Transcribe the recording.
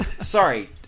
Sorry